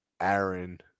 Aaron